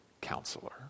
counselor